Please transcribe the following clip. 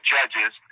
Judges